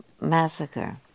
massacre